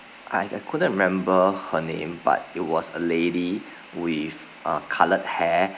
I I couldn't remember her name but it was a lady with uh coloured hair